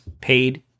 paid